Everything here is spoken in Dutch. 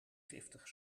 giftig